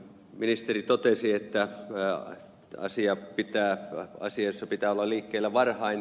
ministeri totesi että asioissa pitää olla liikkeellä varhain